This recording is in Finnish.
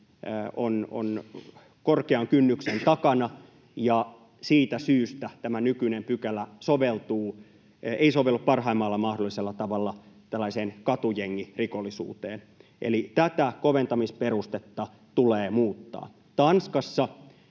on korkean kynnyksen takana, ja siitä syystä nykyinen pykälä ei sovellu parhaimmalla mahdollisella tavalla tällaiseen katujengirikollisuuteen. Eli koventamisperustetta tulee muuttaa. Tanskassa